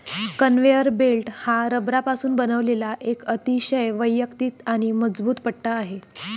conveyor belt हा रबरापासून बनवलेला एक अतिशय वैयक्तिक आणि मजबूत पट्टा आहे